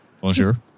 Bonjour